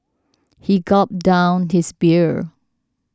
he gulped down his beer